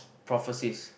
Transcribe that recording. prophecies